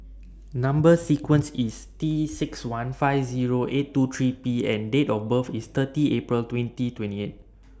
Number sequence IS T six one five Zero eight two three P and Date of birth IS thirty April twenty twenty eight